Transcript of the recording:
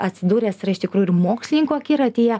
atsidūręs yra iš tikrųjų ir mokslininkų akiratyje